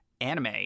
anime